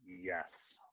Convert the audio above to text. yes